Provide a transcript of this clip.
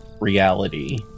reality